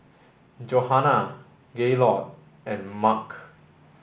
Johannah Gaylord and Mark